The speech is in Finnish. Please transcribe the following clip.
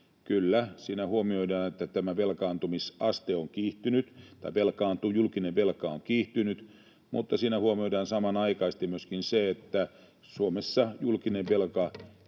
Kyllä, siinä huomioidaan, että julkinen velka on kiihtynyt, mutta siinä huomioidaan samanaikaisesti myöskin se, että Suomessa julkisen velan